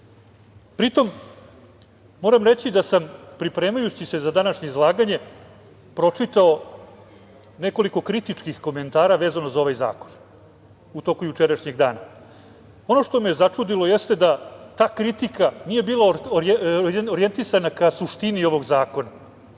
epilog, da se razumemo. Pripremajući se za današnje izlaganje, pročitao sam nekoliko kritičkih komentara vezano za ovaj zakon u toku jučerašnjeg dana. Ono što me je začudilo jeste da ta kritika nije bila orijentisana ka suštini ovog zakona,